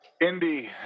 Indy